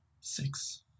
six